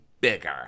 bigger